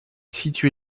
situé